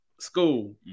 School